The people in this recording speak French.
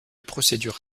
procédure